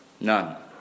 None